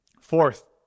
Fourth